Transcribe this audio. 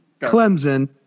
Clemson